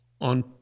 on